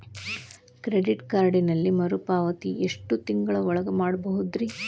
Credit ಕಾರ್ಡಿನಲ್ಲಿ ಮರುಪಾವತಿ ಎಷ್ಟು ತಿಂಗಳ ಒಳಗ ಮಾಡಬಹುದ್ರಿ?